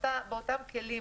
באותם כלים.